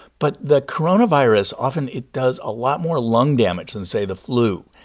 but the coronavirus, often it does a lot more lung damage than, say, the flu.